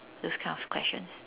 those kind of questions